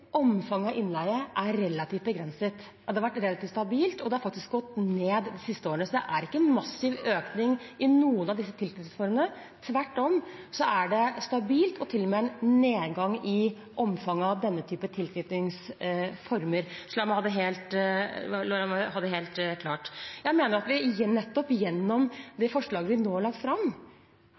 innleie er relativt begrenset. Det har vært relativt stabilt, og det har faktisk gått ned de siste årene. Så det er ikke en massiv økning i noen av disse tilknytningsformene. Tvert om er det stabilt, og det er til og med en nedgang i omfanget av denne typen tilknytningsformer. La meg gjøre det helt klart. Jeg mener at vi nettopp gjennom det forslaget vi nå har lagt fram,